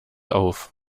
auf